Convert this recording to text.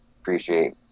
appreciate